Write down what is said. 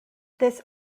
this